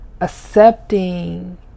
accepting